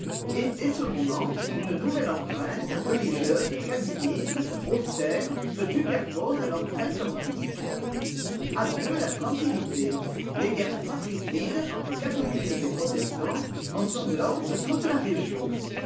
et dès ce moment une nouvelle empreinte religieuse calviniste austère se superpose à l'empreinte antique adieu la tranquillité les guerres fratricides entre catholiques et protestants ensanglantent toute la région